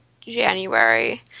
January